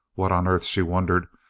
what on earth, she wondered,